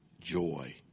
joy